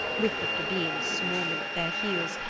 with the plebeians swarming at their heeles,